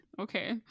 Okay